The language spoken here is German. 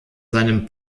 seinem